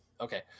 okay